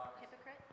Hypocrite